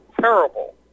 terrible